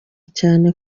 cyane